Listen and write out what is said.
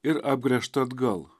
ir apgręžta atgal